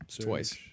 Twice